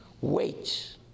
wait